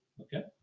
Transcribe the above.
okay